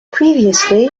previously